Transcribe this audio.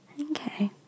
Okay